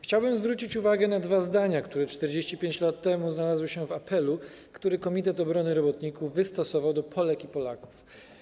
Chciałbym zwrócić uwagę na dwa zdania, które 45 lat temu znalazły się w apelu, który Komitet Obrony Robotników wystosował do Polek i Polaków.